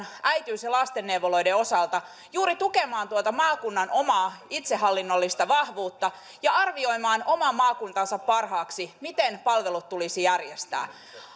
äitiys ja lastenneuvoloiden tämän yksityiskohdan osalta juuri tukemaan tuota maakunnan omaa itsehallinnollista vahvuutta ja arviointia oman maakunnan parhaaksi miten palvelut tulisi järjestää